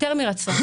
יותר מרצון